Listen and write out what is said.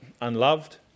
unloved